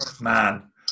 man